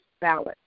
balance